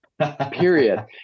Period